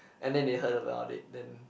and then they heard about it then